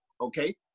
Okay